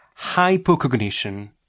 Hypocognition